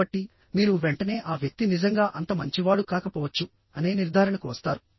కాబట్టి మీరు వెంటనే ఆ వ్యక్తి నిజంగా అంత మంచివాడు కాకపోవచ్చు అనే నిర్ధారణకు వస్తారు